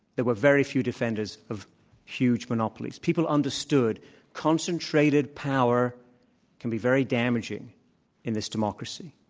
there were very few defenders of huge monopolies. people understood concentrated power can be very damaging in this democracy.